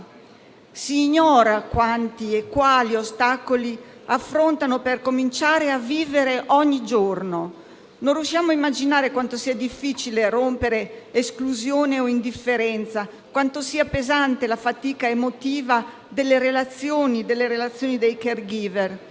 Si ignora quanti e quali ostacoli essi affrontino per cominciare a vivere ogni giorno. Non riusciamo a immaginare quanto sia difficile rompere esclusione o indifferenza; quanto sia pesante la fatica emotiva delle relazioni dei *caregiver*.